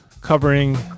covering